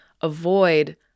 avoid